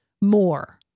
more